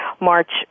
March